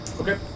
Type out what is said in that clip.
Okay